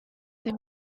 they